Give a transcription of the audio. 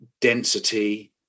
density